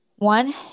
One